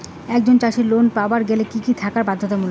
একজন চাষীর লোন পাবার গেলে কি কি থাকা বাধ্যতামূলক?